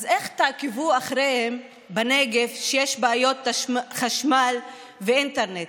אז איך תעקבו אחריהם בנגב כשיש בעיות חשמל ואינטרנט?